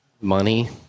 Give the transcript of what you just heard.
Money